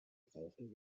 brauchen